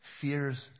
fears